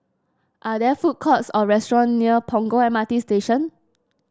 are there food courts or restaurant near Punggol M R T Station